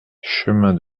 chemin